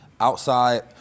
outside